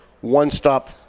one-stop